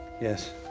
Yes